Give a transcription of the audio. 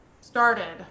started